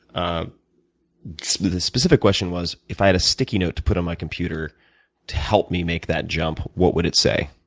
ah so the specific question was if i had a sticky note to put on my computer to help me make that jump, what would it say?